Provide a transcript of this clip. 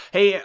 Hey